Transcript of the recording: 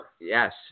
Yes